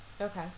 Okay